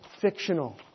fictional